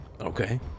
Okay